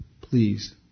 please